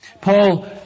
Paul